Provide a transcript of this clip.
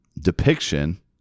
depiction